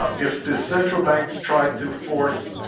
ah if the central banks tried to force